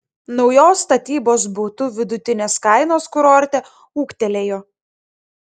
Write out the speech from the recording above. naujos statybos butų vidutinės kainos kurorte ūgtelėjo